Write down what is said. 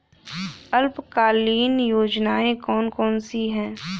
अल्पकालीन योजनाएं कौन कौन सी हैं?